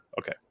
Okay